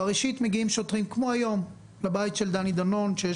בראשית מגיעים שוטרים לבית של דני דנון כמו היום,